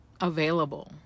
available